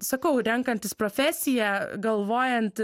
sakau renkantis profesiją galvojant